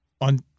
On